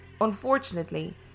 Unfortunately